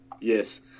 yes